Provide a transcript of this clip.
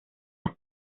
las